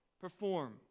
perform